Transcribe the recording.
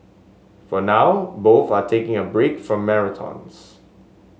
for now both are taking a break from marathons